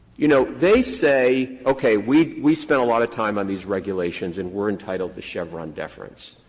you know, they say, okay, we we spent a lot of time on these regulations, and we are entitled to chevron deference.